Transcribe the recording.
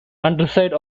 underside